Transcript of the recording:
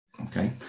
Okay